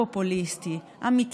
חמש דקות, בבקשה.